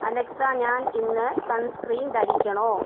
Alexa ഞാൻ ഇന്ന് sunscreen ധരിക്കണോ